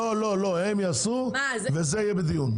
לא, לא, הם יעשו וזה יהיה בדיון.